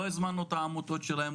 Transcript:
לא הזמנו את העמותות שלהם,